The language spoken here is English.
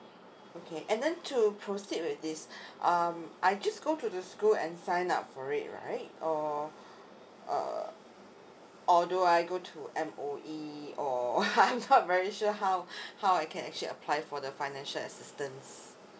okay and then to proceed with this um I just go to the school and sign up for it right or uh although I go to M_O_E or I'm not very sure how how I can actually apply for the financial assistance